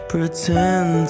Pretend